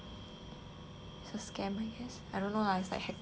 the scammer has I don't know lah it's like hacker lor